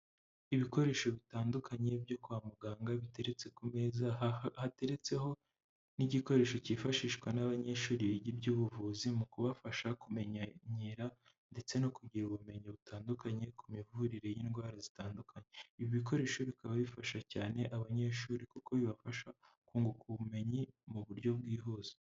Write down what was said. Ibikoresho bitandukanye byo kwa muganga biteretse ku meza, hateretseho n'igikoresho cyifashishwa n'abanyeshuri biga iby'ubuvuzi mu kubafasha kumenyera ndetse no kugira ubumenyi butandukanye ku mivurire y'indwara zitandukanye. Ibi bikoresho bikaba bifasha cyane abanyeshuri kuko bibafasha kunguka ubumenyi mu buryo bwihuse.